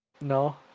No